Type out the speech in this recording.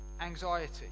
anxiety